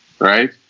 Right